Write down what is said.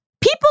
people